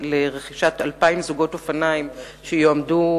לרכישת 2,000 זוגות אופניים שיועמדו